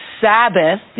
Sabbath